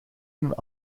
een